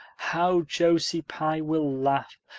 how josie pye will laugh!